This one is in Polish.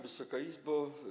Wysoka Izbo!